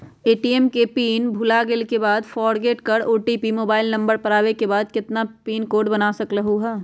ATM के pin भुलागेल के बाद फोरगेट कर ओ.टी.पी मोबाइल नंबर पर आवे के बाद नया पिन कोड बना सकलहु ह?